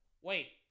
Wait